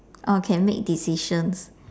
oh can make decisions